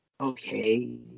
okay